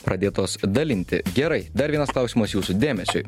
pradėtos dalinti gerai dar vienas klausimas jūsų dėmesiui